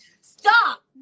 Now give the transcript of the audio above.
Stop